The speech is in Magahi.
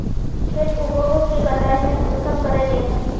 खेत उगोहो के कटाई में कुंसम करे लेमु?